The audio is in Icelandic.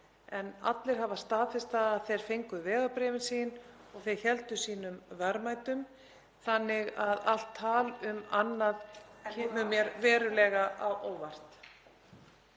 en allir hafa staðfest að þeir fengu vegabréfin sín og þeir héldu sínum verðmætum þannig að allt tal um annað (Gripið fram í.) kemur mér verulega á óvart.